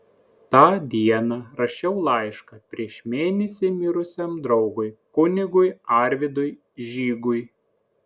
tą dieną rašiau laišką prieš mėnesį mirusiam draugui kunigui arvydui žygui